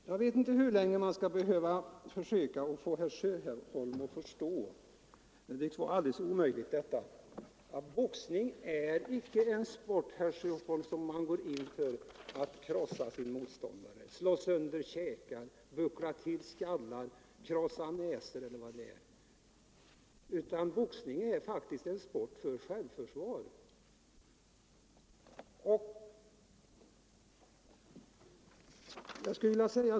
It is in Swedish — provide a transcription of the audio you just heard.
Herr talman! Jag vet inte hur länge man skall försöka få herr Sjöholm att förstå — det tycks vara alldeles omöjligt — att boxning icke är en sport där man går in för att krossa sin motståndare, slå sönder käkar, buckla till skallar, krossa näsor eller vad man vill påstå. Boxning är faktiskt en sport för självförsvar.